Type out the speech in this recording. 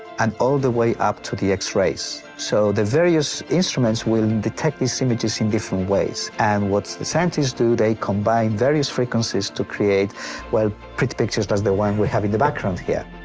and all the way up to the x-rays. so the various instruments will detect these images in different ways. and what the scientists do, they combine various frequencies to create well, pretty pictures as the one we have in the background here. ah,